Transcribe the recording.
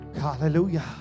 Hallelujah